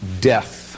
death